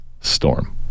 storm